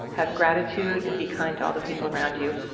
have gratitude, and be kind to all the people around you.